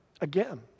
again